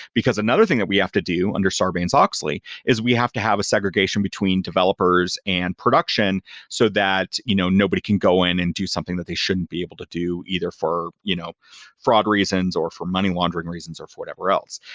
because another thing that we have to do under sarbanes-oxley is we have to have a segregation between developers and production so that you know nobody can go in and do something that they shouldn't be able to do either for you know fraud reasons or for money laundering reasons or for whatever else.